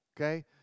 okay